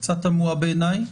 קצת תמוה בעיניי,